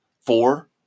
Four